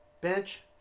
Bench